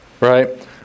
Right